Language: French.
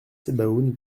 sebaoun